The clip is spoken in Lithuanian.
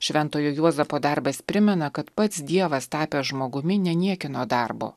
šventojo juozapo darbas primena kad pats dievas tapęs žmogumi neniekino darbo